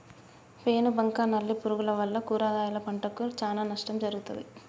పేను బంక నల్లి పురుగుల వల్ల కూరగాయల పంటకు చానా నష్టం జరుగుతది